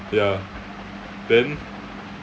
ya then